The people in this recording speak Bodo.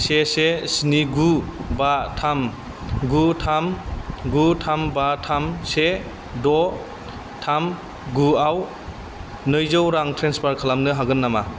से से स्नि गु बा थाम गु थाम गु थाम बा थाम से द' थाम गु आव नैजौ रां ट्रेन्सफार खालामनो हागोन नामा